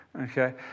Okay